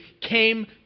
came